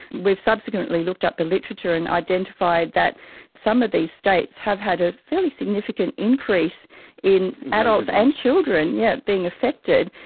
we've subsequently looked up the literature and identified that some of these states have had a fairly significant increase in adults and children yeah being affected,